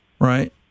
Right